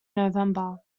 november